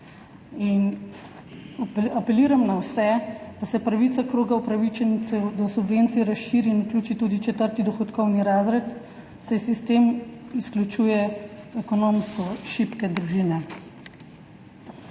Apeliram na vse, da se pravica kroga upravičencev do subvencij razširi in vključi tudi četrti dohodkovni razred, saj sistem izključuje ekonomsko šibke družine.